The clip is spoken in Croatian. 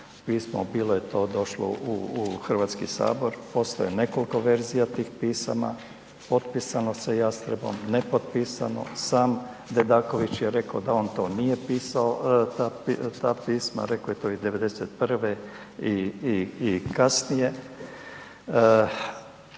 pismo bilo je to došlo u, u HS, postoji nekoliko verzija tih pisama, potpisano sa Jastrebom, nepotpisano, sam Dedaković je reko da on to nije pisao, ta pisma, reko je to i '91. i, i, i kasnije,